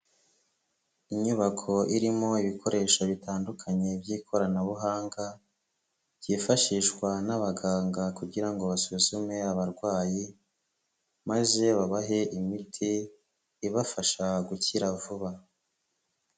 Inyubako irimo ibikoresho bitandukanye by'ikoranabuhanga, byifashishwa n'abaganga kugira ngo basuzume abarwayi, maze babahe imiti ibafasha gukira vuba.